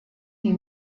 die